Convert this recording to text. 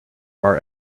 our